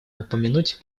упомянуть